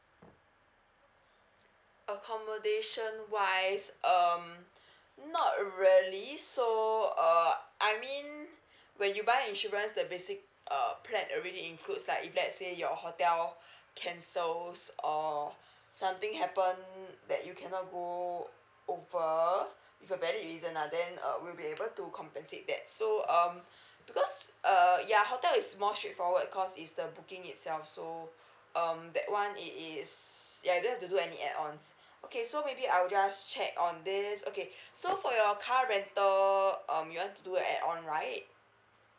accommodation wise um not really so uh I mean when you buy insurance the basic uh plan already includes like if let's say your hotel cancels or something happen that you cannot go over for valid reason ah then we'll be able to compensate that so um because uh ya hotel is more straightforward because is the booking itself so um that one it is ya don't have to do any add ons okay so maybe I'll just check on this okay so for your car rental um you want to do add on right